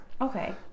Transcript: Okay